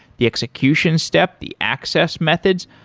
the execution step, the access methods.